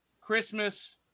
Christmas